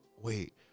Wait